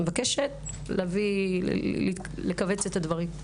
אני מבקשת לכווץ את הדברים.